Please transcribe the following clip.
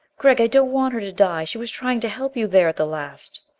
gregg, i don't want her to die! she was trying to help you there at the last.